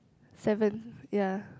seven ya